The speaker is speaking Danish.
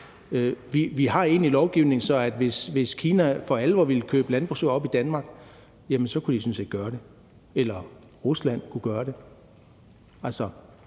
Vi har egentlig lovgivning, sådan at hvis Kina for alvor ville opkøbe landbrugsjord i Danmark, kunne de sådan set gøre det, eller Rusland kunne gøre det, og